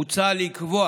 מוצע לקבוע